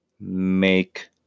make